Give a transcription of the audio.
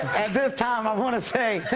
this time, i want to say,